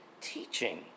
teaching